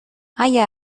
اگر